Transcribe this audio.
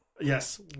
Yes